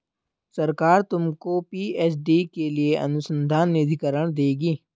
सरकार तुमको पी.एच.डी के लिए अनुसंधान निधिकरण देगी